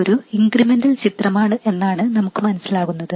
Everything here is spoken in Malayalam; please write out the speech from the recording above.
ഇതൊരു ഇൻക്രിമെന്റൽ ചിത്രമാണ് എന്നാണ് നമുക്ക് മനസിലാകുന്നത്